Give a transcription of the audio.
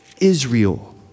Israel